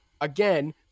again